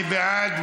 מי בעד?